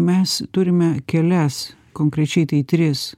mes turime kelias konkrečiai tai tris